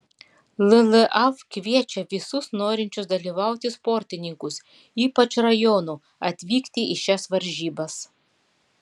llaf kviečia visus norinčius dalyvauti sportininkus ypač rajonų atvykti į šias varžybas